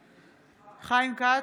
בהצבעה חיים כץ,